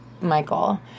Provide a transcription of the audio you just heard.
Michael